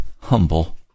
humble